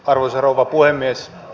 arvoisa rouva puhemies